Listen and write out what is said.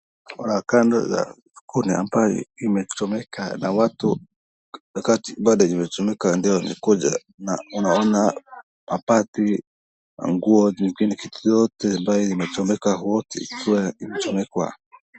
Kuna kando za kuni ambayo imechomeka na watu bado imechomeka wamekuja unaona mabati na nguo lakini kitu yote ambayo imechomeka ikiwa imechomekwa.